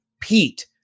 Pete